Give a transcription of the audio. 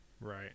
Right